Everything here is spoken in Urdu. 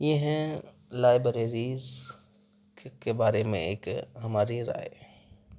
یہ ہیں لائبریریز کے بارے میں ایک ہماری رائے